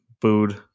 booed